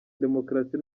demokarasi